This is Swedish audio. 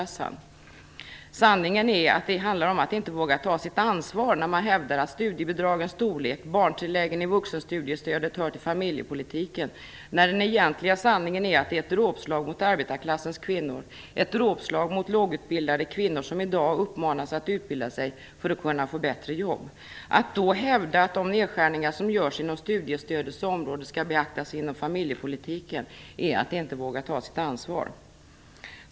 Sanningen är att man inte vågar ta sitt ansvar. Man hävdar att studiebidragens storlek och barntilläggen i vuxenstudiestödet hör till familjepolitiken när den egentliga sanningen är att det är ett dråpslag mot arbetarklassens kvinnor - ett dråpslag mot lågutbildade kvinnor som i dag uppmanas att utbilda sig för att kunna få bättre jobb. Att då hävda att de nedskärningar som görs inom studiestödets område skall beaktas inom familjepolitiken är att inte våga ta sitt ansvar.